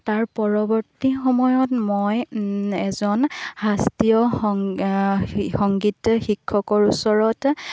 তাৰ পৰৱৰ্তী সময়ত মই এজন শাস্ত্ৰীয় সং সংগীত শিক্ষকৰ ওচৰত